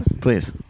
please